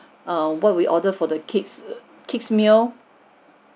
err what we ordered for the kids kids meal